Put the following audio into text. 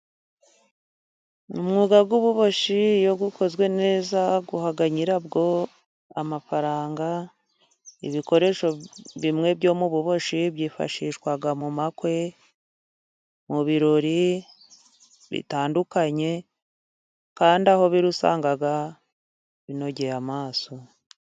Umwuga w'ububoshyi iyo ukozwe neza uha nyirabwo amafaranga .Ibikoresho bimwe byo mu buboshyi byifashishwa mu makwe ,mu birori bitandukanye kandi aho biri usanga binogeye amaso.